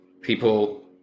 people